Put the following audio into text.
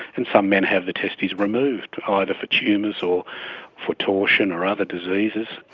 and some men have the testes removed, either for tumours or for torsion or other diseases.